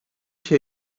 się